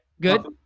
good